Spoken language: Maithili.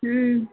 हूँ